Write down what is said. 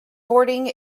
boarding